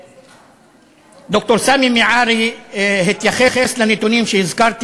ד"ר סאמי מיעארי התייחס לנתונים שהזכרתי